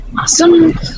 awesome